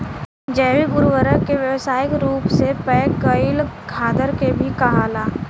जैविक उर्वरक के व्यावसायिक रूप से पैक कईल खादर के भी कहाला